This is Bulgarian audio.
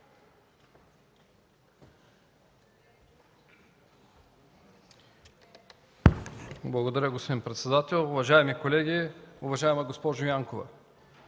Благодаря, господин председател. Уважаеми колеги! Уважаема госпожо Янкова,